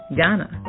Ghana